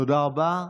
תודה רבה.